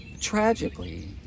Tragically